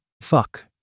Fuck